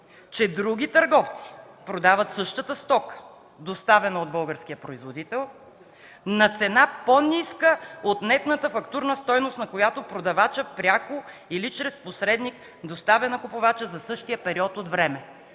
че други търговци продават същата стока, доставена от българския производител на цена, по-ниска от нетната фактурна стойност, на която продавачът пряко или чрез посредник доставя на купувача за същия период от време”.